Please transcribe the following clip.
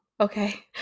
Okay